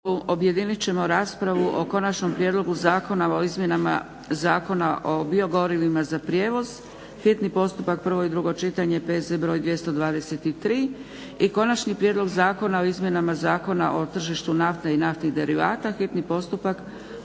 objedinit ćemo raspravu o - Konačni prijedlog zakona o izmjenama Zakona o biogorivima za prijevoz, hitni postupak, prvo i drugo čitanje, PZ br. 223 i - Konačni prijedlog zakona o izmjenama Zakona o tržištu nafte i naftnih derivata, hitni postupak,